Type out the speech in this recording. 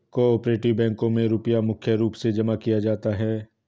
को आपरेटिव बैंकों मे रुपया मुख्य रूप से जमा किया जाता है